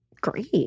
great